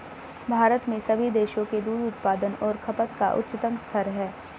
भारत में सभी देशों के दूध उत्पादन और खपत का उच्चतम स्तर है